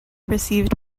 received